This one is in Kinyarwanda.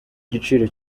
giciro